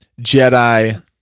Jedi